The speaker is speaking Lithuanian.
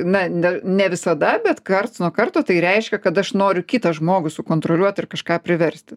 na ne ne visada bet karts nuo karto tai reiškia kad aš noriu kitą žmogų sukontroliuot ir kažką priversti